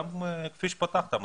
כפי שפתחת,